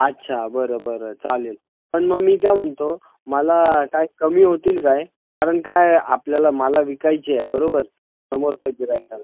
अच्छा बरं बरं चालेल पण मग मी काय म्हणतो मला काही कमी होतील काय कारण काय आपल्याला मला विकायची आहे बरोबर समोरच्या गिऱ्हाईकाला